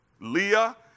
Leah